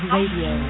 Radio